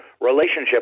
relationship